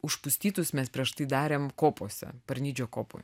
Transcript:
užpustytus mes prieš tai darėm kopose parnidžio kopoj